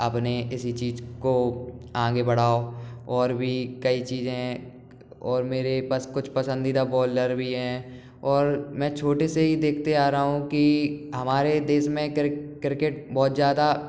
अपने इसी चीज को आगे बढ़ाओ और भी कई चीज और मेरे पास कुछ पसंदीदा बॉलर भी है और मैं छोटे से ही देखते आ रहा हूँ कि हमारे देश में क क्रिकेट बहुत ज़्यादा